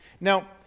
Now